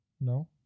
No